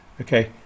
okay